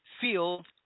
Field